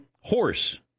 horse